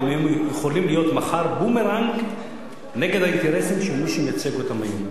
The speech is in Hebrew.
וזה יכול להיות מחר בומרנג נגד האינטרסים של מי שמייצג אותם היום.